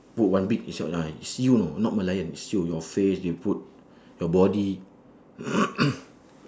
put one big is your ah is you you know not merlion is you your face they put your body